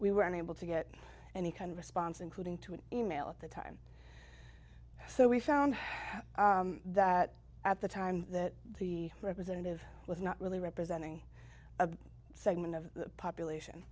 we were unable to get any kind of response including to an e mail at the time so we found that at the time that the representative with not really representing a segment of the population